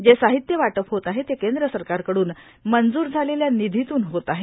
जे साहित्य वाटप होत आहे ते केंद्र सरकार कडून मंजूर झालेल्या निधीतून होत आहे